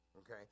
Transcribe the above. Okay